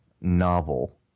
novel